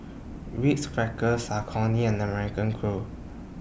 Ritz Crackers Saucony and American Crew